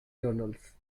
journals